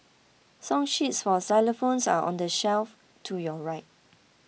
song sheets for xylophones are on the shelf to your right